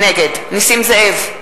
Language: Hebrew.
נגד נסים זאב,